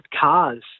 cars